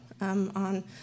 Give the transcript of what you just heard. On